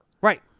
Right